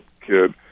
kid